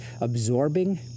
absorbing